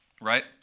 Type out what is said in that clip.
right